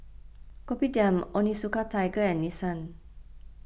Kopitiam Onitsuka Tiger and Nissin